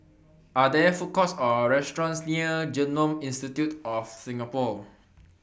Are There Food Courts Or restaurants near Genome Institute of Singapore